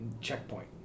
checkpoint